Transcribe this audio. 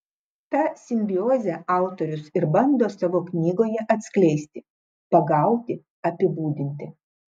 tą simbiozę autorius ir bando savo knygoje atskleisti pagauti apibūdinti